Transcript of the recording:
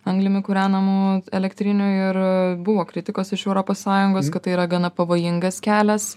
anglimi kūrenamų elektrinių ir buvo kritikos iš europos sąjungos kad tai yra gana pavojingas kelias